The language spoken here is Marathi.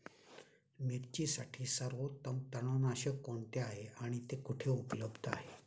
मिरचीसाठी सर्वोत्तम तणनाशक कोणते आहे आणि ते कुठे उपलब्ध आहे?